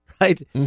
Right